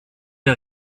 der